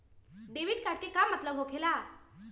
Debit card के का मतलब होकेला?